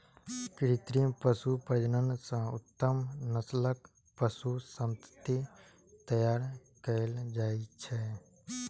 कृत्रिम पशु प्रजनन सं उत्तम नस्लक पशु संतति तैयार कएल जाइ छै